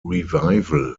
revival